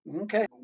Okay